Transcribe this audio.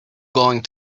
going